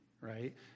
right